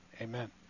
amen